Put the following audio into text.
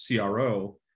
CRO